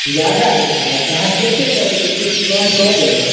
ज्यादा रेट हइ तऽ अहाँ कतेक लेबै से किछु कम कऽ देबै